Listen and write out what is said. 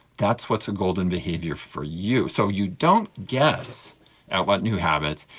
that's what's a golden behaviour for you. so, you don't guess at what new habits,